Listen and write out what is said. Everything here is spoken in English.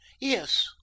Yes